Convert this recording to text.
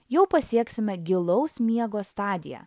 jau pasieksime gilaus miego stadiją